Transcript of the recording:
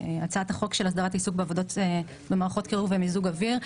הצעת החוק של הסדרת עיסוק בעבודה במערכות קירור ומיזוג אוויר.